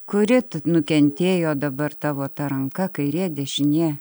kuri nukentėjo dabar tavo ta ranka kairė dešinė